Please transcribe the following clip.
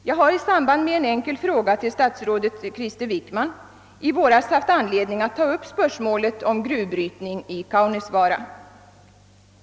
Jag har i samband med en enkel fråga till statsrådet Krister Wickman i våras haft anledning att ta upp spörsmålet om gruvbrytning i Kaunisvaara.